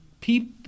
people